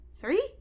three